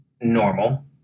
normal